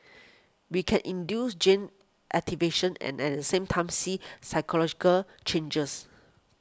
we can induce gene activation and at the same time see cycle logical changes